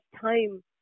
time